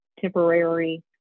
temporary